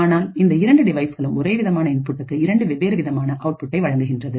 ஆனால் இந்த இரண்டு டிவைஸ்களும் ஒரேவிதமான இன்புட்டுக்கு இரண்டு வெவ்வேறு விதமான அவுட் புட்டை வழங்குகின்றது